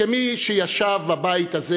כמי שישב בבית הזה,